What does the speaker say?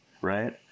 right